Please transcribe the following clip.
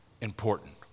important